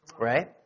Right